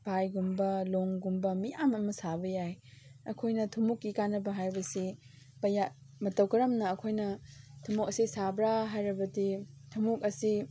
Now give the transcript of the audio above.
ꯐꯥꯏꯒꯨꯝꯕ ꯂꯣꯡꯒꯨꯝꯕ ꯃꯌꯥꯝ ꯑꯃ ꯁꯥꯕ ꯌꯥꯏ ꯑꯩꯈꯣꯏꯅ ꯊꯨꯝꯃꯣꯛꯀꯤ ꯀꯥꯟꯅꯕ ꯍꯥꯏꯕꯁꯤ ꯄꯩꯌꯥ ꯃꯇꯧ ꯀꯔꯝꯅ ꯑꯩꯈꯣꯏꯅ ꯊꯨꯝꯃꯣꯛ ꯑꯁꯤ ꯁꯥꯕ꯭ꯔꯥ ꯍꯥꯏꯔꯕꯗꯤ ꯊꯨꯝꯃꯣꯛ ꯑꯁꯤ